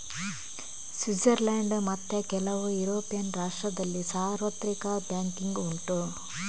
Switzerland ಮತ್ತೆ ಕೆಲವು European ರಾಷ್ಟ್ರದಲ್ಲಿ ಸಾರ್ವತ್ರಿಕ ಬ್ಯಾಂಕಿಂಗ್ ಉಂಟು